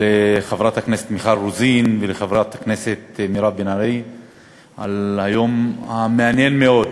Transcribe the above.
לחברת הכנסת מיכל רוזין ולחברת הכנסת מירב בן ארי על היום המעניין-מאוד,